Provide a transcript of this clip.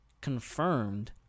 confirmed